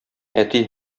әти